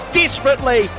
desperately